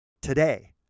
today